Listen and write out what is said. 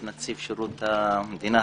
את נציב שירות המדינה,